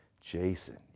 Jason